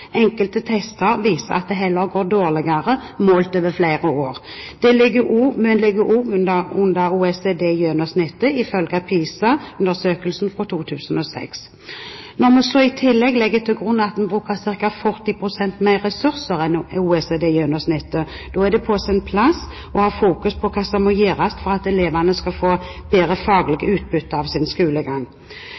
Enkelte tester viser at det heller går dårligere, målt over flere år. Vi ligger også under OECD-gjennomsnittet ifølge PISA-undersøkelsen fra 2006. Når vi så i tillegg legger til grunn at vi bruker ca. 40 pst. mer ressurser enn OECD-gjennomsnittet, er det på sin plass å ha fokus på hva som må gjøres for at elevene skal få bedre faglig utbytte av sin skolegang.